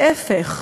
להפך.